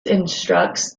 instructs